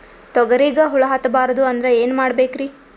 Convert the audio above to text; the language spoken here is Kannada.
ತೊಗರಿಗ ಹುಳ ಹತ್ತಬಾರದು ಅಂದ್ರ ಏನ್ ಮಾಡಬೇಕ್ರಿ?